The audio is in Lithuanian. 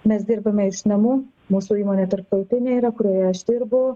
mes dirbame iš namų mūsų įmonė tarptautinė yra kurioje aš dirbu